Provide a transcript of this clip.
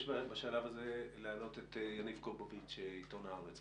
בשלב הזה להעלות את יניב קובוביץ' מעיתון "הארץ".